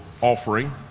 offering